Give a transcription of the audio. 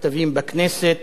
מאמצעי התקשורת.